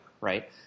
right